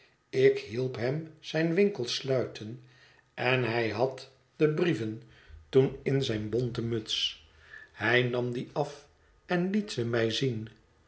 ik hielp hem zijn winkel sluiten en hij had de brieven toen in zijne bonten muts hij nam die af en liet ze mij zien